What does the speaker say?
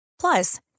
Plus